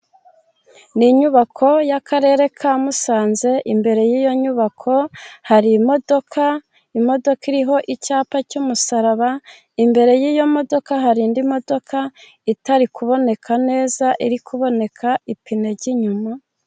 Ni inyubako y'Akarere ka Musanze. Imbere y'iyo nyubako hari imodoka. Imodoka iriho icyapa cy'umusaraba. Imbere y'iyo modoka hari indi modoka itari kuboneka neza, iri kuboneka ipine y'inyuma.